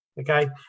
okay